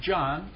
John